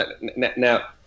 Now